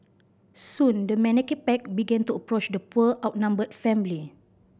soon the menacing pack began to approach the poor outnumbered family